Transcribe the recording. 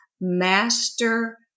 Master